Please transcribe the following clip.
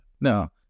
No